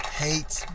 hates